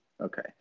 Okay